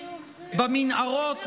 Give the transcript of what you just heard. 136 חטופות וחטופים במנהרות,